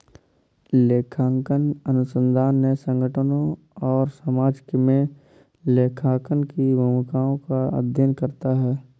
लेखांकन अनुसंधान ने संगठनों और समाज में लेखांकन की भूमिकाओं का अध्ययन करता है